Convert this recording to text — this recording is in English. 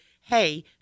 hey